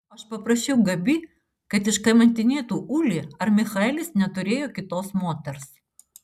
aš paprašiau gabi kad iškamantinėtų ulį ar michaelis neturėjo kitos moters